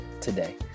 today